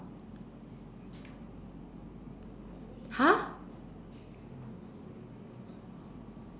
!huh!